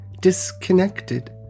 disconnected